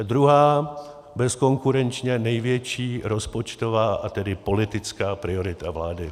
To je druhá bezkonkurenčně největší rozpočtová, a tedy politická priorita vlády.